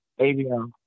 ABL